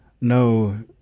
No